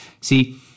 See